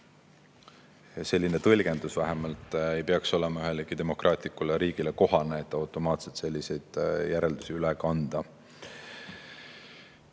Selline tõlgendus vähemalt ei peaks olema ühelegi demokraatlikule riigile kohane, et automaatselt selliseid järeldusi üle